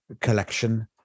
collection